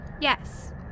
Yes